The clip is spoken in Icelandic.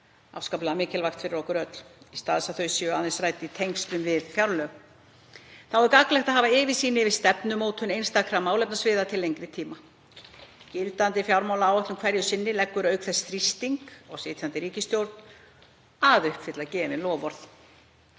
afskaplega mikilvægt fyrir okkur öll, í stað þess að þau séu aðeins rædd í tengslum við fjárlög. Þá er gagnlegt að hafa yfirsýn yfir stefnumótun einstakra málefnasviða til lengri tíma. Gildandi fjármálaáætlun hverju sinni leggur auk þess þrýsting á sitjandi ríkisstjórn að uppfylla gefin loforð.